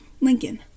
Lincoln